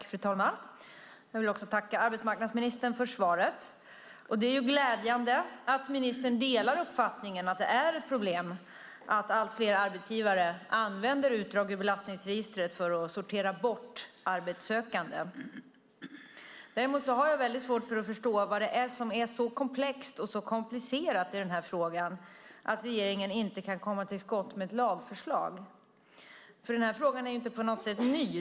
Fru talman! Jag vill tacka arbetsmarknadsministern för svaret. Det är glädjande att ministern delar uppfattningen att det är ett problem att allt fler arbetsgivare använder utdrag ur belastningsregistret för att sortera bort arbetssökande. Däremot har jag väldigt svårt att förstå vad det är som är så komplext och så komplicerat i den här frågan att regeringen inte kan komma till skott med ett lagförslag. Den här frågan är ju inte på något sätt ny.